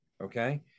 Okay